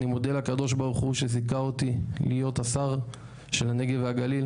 אני מודה לקדוש ברוך הוא שזיכה אותי להיות השר של הנגב והגליל,